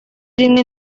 rimwe